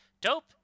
dope